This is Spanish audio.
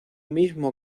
mismo